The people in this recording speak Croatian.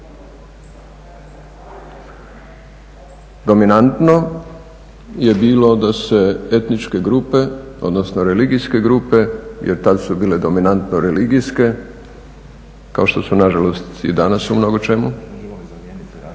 Dominantno je bilo da se etničke grupe odnosno religijske grupe jer tada su bile dominantno religijske, kao što su nažalost i danas u mnogo čemu